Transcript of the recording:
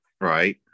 Right